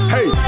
Hey